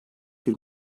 bir